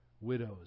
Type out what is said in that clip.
Widows